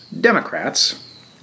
Democrats